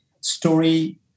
Story